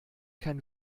kein